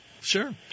sure